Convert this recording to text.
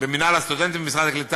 מינהל הסטודנטים במשרד העלייה והקליטה